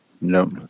No